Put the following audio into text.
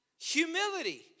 humility